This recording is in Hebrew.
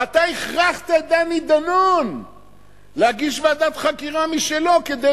ואתה הכרחת את דני דנון לדרוש ועדת חקירה משלו כדי